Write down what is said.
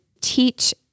teach